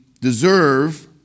deserve